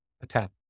attack